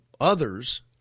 others